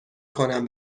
کنم